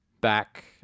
back